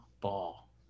ball